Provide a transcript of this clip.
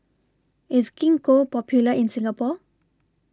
IS Gingko Popular in Singapore